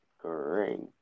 great